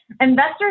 investors